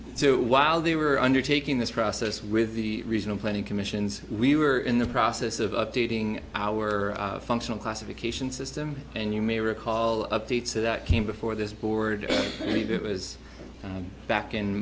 so while they were undertaking this process with the regional planning commissions we were in the process of updating our functional classification system and you may recall updates of that came before this board review it was back in